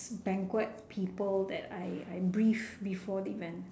banquet people that I I brief before the event